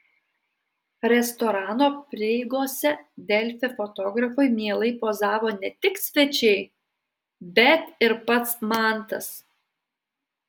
restorano prieigose delfi fotografui mielai pozavo ne tik svečiai bet ir pats mantas